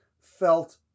felt